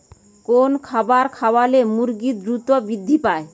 কোন খাবার খাওয়ালে মুরগি দ্রুত বৃদ্ধি পায়?